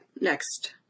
next